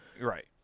Right